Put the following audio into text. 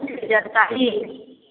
आओर कि चाही